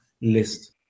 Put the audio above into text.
list